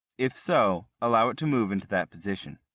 if so, allow it to move into that position.